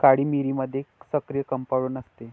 काळी मिरीमध्ये सक्रिय कंपाऊंड असते